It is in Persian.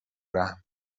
رحم